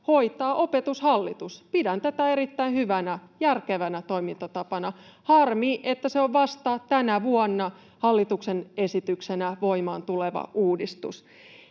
hoitaa Opetushallitus. Pidän tätä erittäin hyvänä, järkevänä toimintatapana. Harmi, että se on vasta tänä vuonna hallituksen esityksenä voimaan tuleva uudistus.